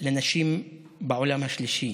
לנשים בעולם השלישי,